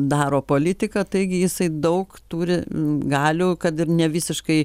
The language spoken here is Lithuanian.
daro politiką taigi jisai daug turi galių kad ir ne visiškai